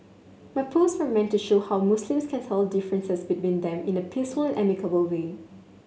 my post were meant to show how Muslims can settle differences between them in a peaceful amicable way